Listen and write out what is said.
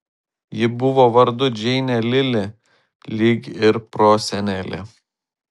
ji buvo vardu džeinė lili lyg ir prosenelė